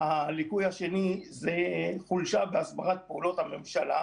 הליקוי השני חולשה בהסברת פעולות הממשלה